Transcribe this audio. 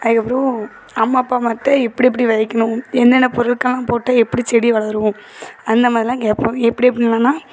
அதுக்கப்பறம் அம்மா அப்பா அம்மாகிட்ட எப்படி எப்படி விதைக்கணும் என்னென்ன பொருட்கள்லாம் போட்டால் எப்படி செடி வளரும் அந்த மாதிரிலாம் கேட்போம் எப்படி எப்படிலான்னா